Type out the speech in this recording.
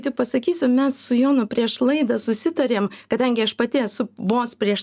tik pasakysiu mes su jonu prieš laidą susitarėm kadangi aš pati esu vos prieš